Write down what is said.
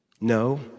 No